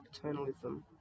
paternalism